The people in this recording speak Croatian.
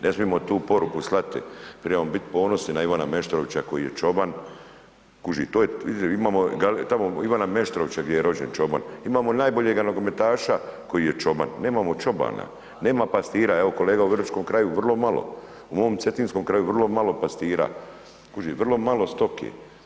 Ne smijemo tu poruku slati, trebamo biti ponosni na Ivana Meštrovića koji je čoban, to je, imamo tamo Ivana Meštrovića gdje je rođen čoban, imamo najboljega nogometaša koji je čoban, nemamo čobana, nema pastira, evo kolega u Vrgoračkom kraju vrlo malo, u mom Cetinskom kraju vrlo malo pastira, vrlo malo stoke.